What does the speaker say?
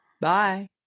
Bye